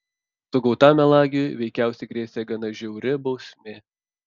sugautam melagiui veikiausiai grėsė gana žiauri bausmė